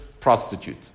prostitute